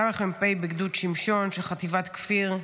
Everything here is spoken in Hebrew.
סמ"פ בגדוד שמשון של חטיבת כפיר,